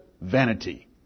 vanity